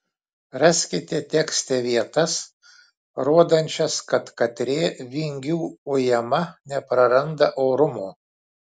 raskite tekste vietas rodančias kad katrė vingių ujama nepraranda orumo